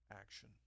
action